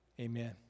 Amen